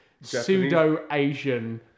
pseudo-Asian